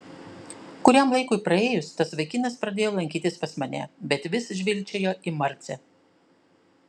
kuriam laikui praėjus tas vaikinas pradėjo lankytis pas mane bet vis žvilgčiojo į marcę